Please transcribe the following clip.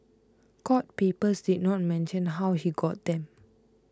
court papers did not mention how he got them